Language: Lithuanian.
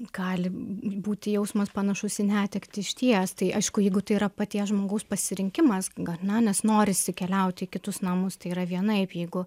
gali būti jausmas panašus į netektį išties tai aišku jeigu tai yra paties žmogaus pasirinkimas gana nes norisi keliauti į kitus namus tai yra vienaip jeigu